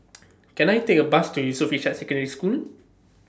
Can I Take A Bus to Yusof Ishak Secondary School